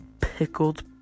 Pickled